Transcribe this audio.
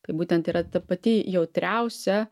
tai būtent yra ta pati jautriausia